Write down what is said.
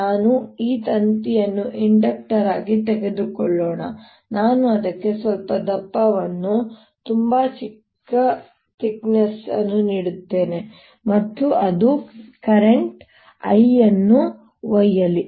ನಾನು ಈ ತಂತಿಯನ್ನು ಇಂಡಕ್ಟರ್ ಆಗಿ ತೆಗೆದುಕೊಳ್ಳೋಣ ನಾನು ಅದಕ್ಕೆ ಸ್ವಲ್ಪ ದಪ್ಪವನ್ನು ತುಂಬಾ ಚಿಕ್ಕ ದಪ್ಪವನ್ನು ನೀಡುತ್ತೇನೆ ಮತ್ತು ಅದು ಕರೆಂಟ್ I ಅನ್ನು ಒಯ್ಯಲಿ